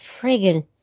friggin